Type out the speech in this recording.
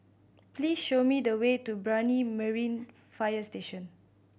please show me the way to Brani Marine Fire Station